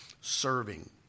serving